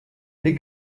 les